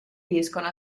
riescono